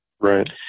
Right